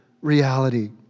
reality